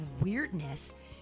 weirdness